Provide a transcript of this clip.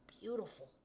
beautiful